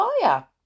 fire